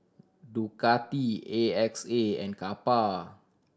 Ducati A X A and Kappa